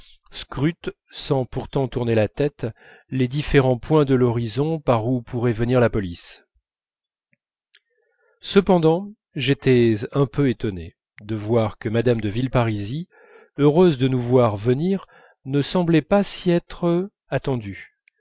scrutent sans pourtant tourner la tête les différents points de l'horizon par où pourrait venir la police cependant j'étais un peu étonné de voir que mme de villeparisis heureuse de nous voir venir ne semblait pas s'y être attendue